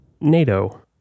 NATO